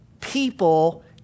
people